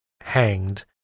hanged